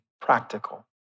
practical